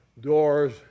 doors